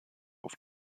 auf